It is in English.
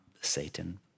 Satan